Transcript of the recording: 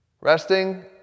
Resting